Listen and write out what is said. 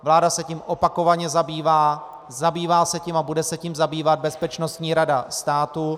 Vláda se tím opakovaně zabývá, zabývá se tím a bude se tím zabývat Bezpečnostní rada státu.